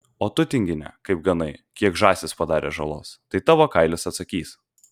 o tu tingine kaip ganai kiek žąsys padarė žalos tai tavo kailis atsakys